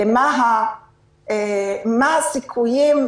מה הסיכויים,